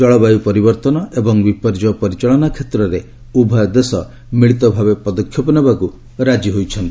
ଜଳବାୟୁ ପରିବର୍ତ୍ତନ ଏବଂ ବିପର୍ଯ୍ୟୟ ପରିଚାଳନା କ୍ଷେତ୍ରରେ ଉଭୟ ଦେଶ ମିଳିତଭାବେ ପଦକ୍ଷେପ ନେବାକୁ ରାଜି ହୋଇଛନ୍ତି